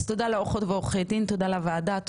תודה לוועדה,